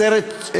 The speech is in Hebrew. סרט,